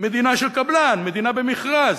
מדינה של קבלן, מדינה במכרז.